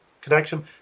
connection